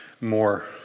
more